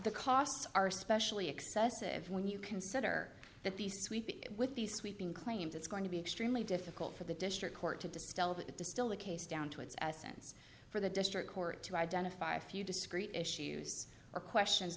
the costs are especially excessive when you consider that these sweeping with these sweeping claims it's going to be extremely difficult for the district court to dispel that to distill the case down to its essence for the district court to identify a few discrete issues or questions